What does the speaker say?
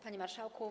Panie Marszałku!